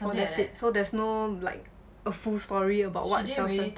so that's it there's no like a full story about what self-centered